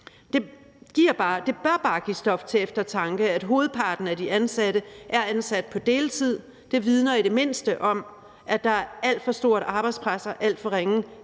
Det bør bare give stof til eftertanke, at hovedparten af de ansatte er ansat på deltid. Det vidner i det mindste om, at der er et alt for stort arbejdspres og alt for ringe